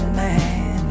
man